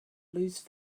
lose